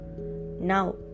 Now